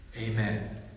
Amen